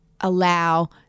allow